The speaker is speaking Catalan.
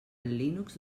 linux